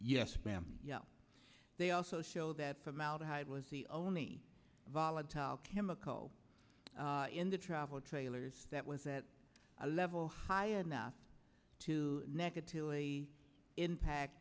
yes ma'am they also show that formaldehyde was the only volatile chemical in the travel trailers that was at a level high enough to negatively impact